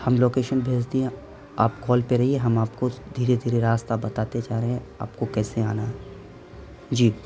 ہم لوکیشن بھیج دیے ہیں آپ کال پہ رہیے ہم آپ کو دھیرے دھیرے راستہ بتاتے جا رہے ہیں آپ کو کیسے آنا ہے جی